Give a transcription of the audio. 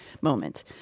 moment